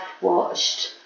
watched